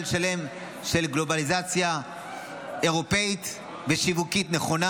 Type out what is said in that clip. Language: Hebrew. שלם של גלובליזציה אירופית ושיווקית נכונה.